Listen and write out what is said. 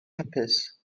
hapus